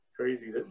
Crazy